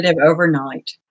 overnight